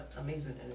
amazing